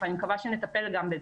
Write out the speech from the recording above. אני מקווה שנטפל גם בזה.